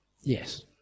Yes